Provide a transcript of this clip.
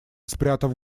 спрятав